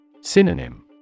Synonym